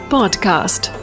Podcast